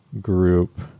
group